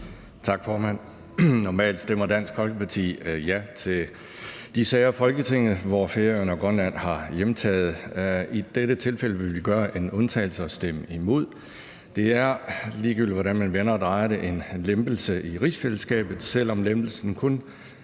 Tak, formand. Normalt stemmer Dansk Folkeparti ja til de sager i Folketinget, der omhandler områder, som Færøerne og Grønland har hjemtaget. I dette tilfælde vil vi gøre en undtagelse og stemme imod. Det er, ligegyldigt hvordan man vender og drejer det, en lempelse i rigsfællesskabet, selv om lempelsen kun